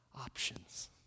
options